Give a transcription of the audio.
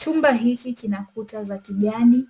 Chumba hiki kina kuta za kijani,